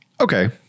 okay